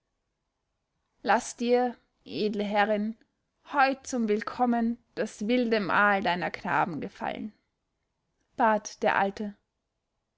laß dir edle herrin heut zum willkommen das wilde mahl deiner knaben gefallen bat der alte